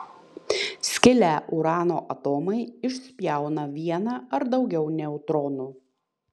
skilę urano atomai išspjauna vieną ar daugiau neutronų